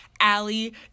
Allie